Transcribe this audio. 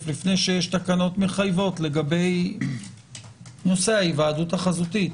לפני שיש תקנות מחייבות לגבי נושא ההיוועדות החזותית.